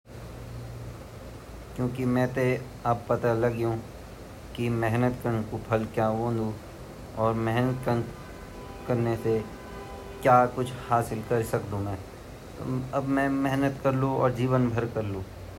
केन मेते पूछी की भई तुम आजकल भोत मेहनत कन लगया ता मिन ब्वोली भई ममेहनत ता कन पड़ल बच्चू ते स्कूल डालन अर आप घोरो काम कन अर कति बेहरो काम वोंदु अर अपू ते भी मिन कभी कुछ कन वोलु अपा रिश्तेदार ची मैन कक़ची जांड वोलु ममेहनत करोल तभी ता मि पैसा कामोलू यही मेरु मकसद ची ममेहनत कर-कर के मै अपू ते ऊँचा उठोलू।